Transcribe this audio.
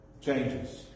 changes